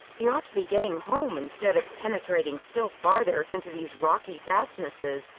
he ought to be getting home, instead of penetrating still farther into these rocky fastnesses.